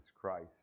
Christ